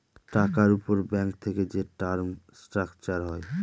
টাকার উপর ব্যাঙ্ক থেকে যে টার্ম স্ট্রাকচার হয়